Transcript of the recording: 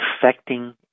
affecting